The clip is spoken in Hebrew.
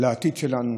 לעתיד שלנו.